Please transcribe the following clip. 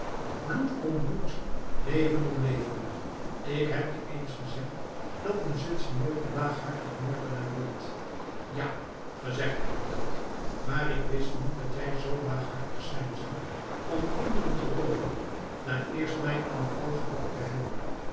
bloed om bloed leven om leven ik heb je eens gezegd dat een zwitser nooit een laaghartig moordenaar wordt ja gezegd heb ik dat maar ik wist niet dat jij zoo laaghartig zijn zoudt om kinderen te rooven na eerst mij in de val gelokt te hebben